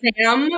Sam